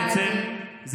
בעצם,